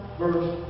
verse